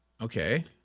Okay